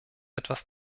etwas